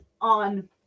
on